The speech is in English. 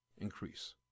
increase